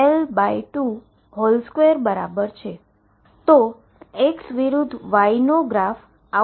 તો X વિરુદ્ધ Y નો ગ્રાફ આવો કંઈક મળશે